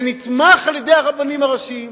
זה נתמך על-ידי הרבנים הראשיים,